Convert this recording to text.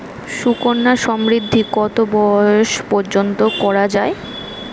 সুকন্যা সমৃদ্ধী কত বয়স পর্যন্ত করা যায়?